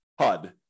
HUD